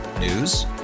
News